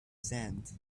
sand